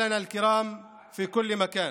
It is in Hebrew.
(אומר בערבית: אנשינו היקרים בכל מקום,